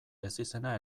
ezizena